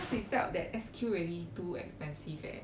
cause we felt that S_Q really too expensive leh